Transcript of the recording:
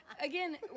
again